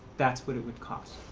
that's what it would cost.